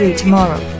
tomorrow